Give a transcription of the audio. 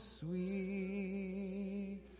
sweet